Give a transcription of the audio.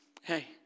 hey